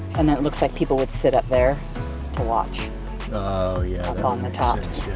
and then it looks like people would sit up there to watch oh yeah up on the tops